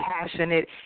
passionate